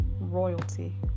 royalty